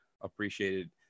appreciated